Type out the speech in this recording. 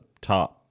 top